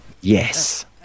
yes